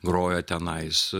grojo tenais